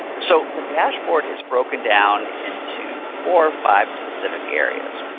so the dashboard is broken down into four or five specific areas.